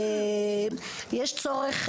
לכן יש צורך,